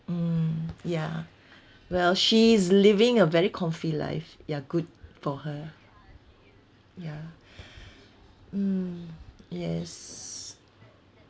mm ya well she's living a very comfy life ya good for her ya hmm yes